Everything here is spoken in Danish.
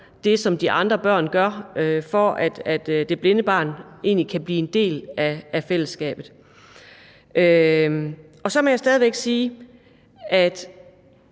de børn andre gør, for at det blinde barn kan blive en del af fællesskabet. Så må jeg stadig væk sige, at